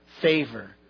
favor